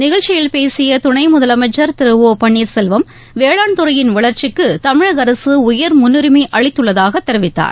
நிகழ்ச்சியில் பேசிய துணை முதலமைச்சர் திரு ஓ பன்னீர்செல்வம் வேளாண் துறையின் வளர்ச்சிக்கு தமிழக அரசு உயர் முன்னுரிமை அளித்துள்ளதாக தெரிவித்தார்